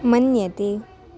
मन्यते